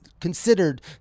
considered